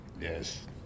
Yes